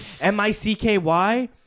M-I-C-K-Y